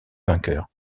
vainqueur